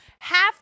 half